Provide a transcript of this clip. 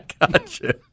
Gotcha